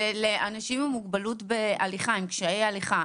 זה לאנשים עם מוגבלות בהליכה, עם קשיי הליכה.